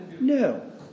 No